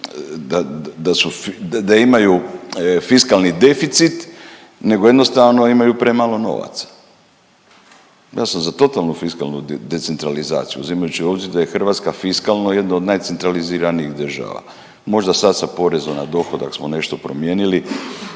da imaju fiskalni deficit nego jednostavno imaju premalo novaca. Ja sam za totalnu fiskalnu decentralizaciju, uzimajući u obzir da je Hrvatska fiskalna jedna od najcentraliziranijih država. Možda sad sa porezom na dohodak smo nešto promijenili,